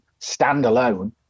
standalone